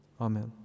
Amen